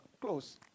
close